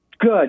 Good